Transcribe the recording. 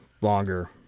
longer